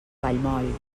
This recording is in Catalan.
vallmoll